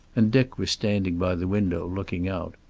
and dick was standing by the window looking out.